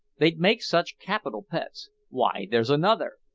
they'd make such capital pets why, there's another.